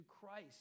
Christ